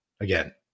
again